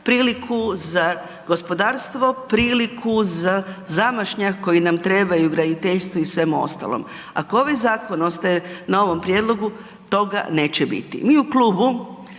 priliku za gospodarstvo, priliku za zamašnjak koji nam trebaju graditeljstvo i svemu ostalom, ako ovaj zakon ostaje na ovom prijedlogu, toga neće biti. Mi u Klubu